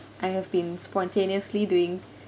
I have been spontaneously doing